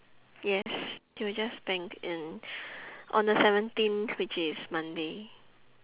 yes it will just bank in on the seventeen which is monday